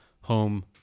home